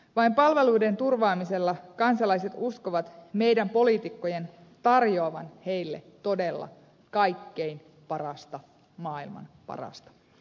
vain palveluiden turvaamisella kansalaiset uskovat meidän poliitikkojen tarjoavan heille todella kaikkein parasta maailman parasta